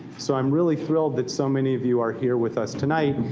so i'm really thrilled that so many of you are here with us tonight,